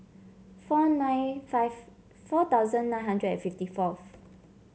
four nine five four thousand nine hundred and fifty fourth